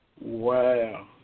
Wow